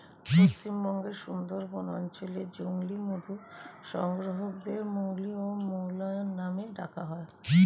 পশ্চিমবঙ্গের সুন্দরবন অঞ্চলে জংলী মধু সংগ্রাহকদের মৌলি বা মৌয়াল নামে ডাকা হয়